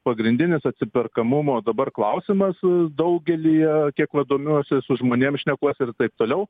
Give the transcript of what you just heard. pagrindinis atsiperkamumo dabar klausimas daugelyje kiek va domiuosi su žmonėm šnekuosi ir taip toliau